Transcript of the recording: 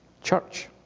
church